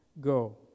Go